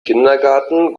kindergarten